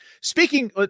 speaking